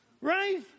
right